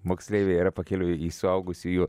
moksleiviai yra pakeliui į suaugusiųjų